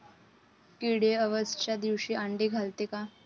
किडे अवसच्या दिवशी आंडे घालते का?